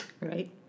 Right